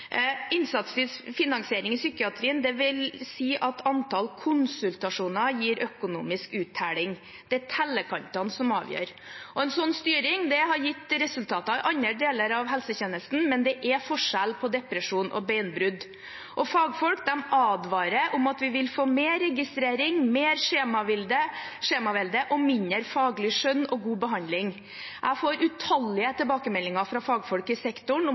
finansiering i psykiatrien vil si at antall konsultasjoner gir økonomisk uttelling; det er tellekantene som avgjør. En sånn styring har gitt resultater i andre deler av helsetjenesten, men det er forskjell på depresjon og beinbrudd. Fagfolk advarer om at vi vil få mer registrering, mer skjemavelde og mindre faglig skjønn og god behandling. Jeg får utallige tilbakemeldinger fra fagfolk i sektoren